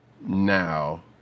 now